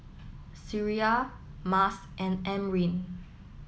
Syirah Mas and Amrin